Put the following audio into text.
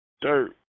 dirt